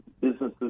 businesses